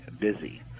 busy